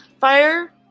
Fire